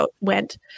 went